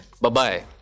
Bye-bye